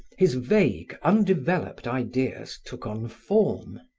his vague, undeveloped ideas took on form.